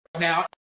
now